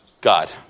God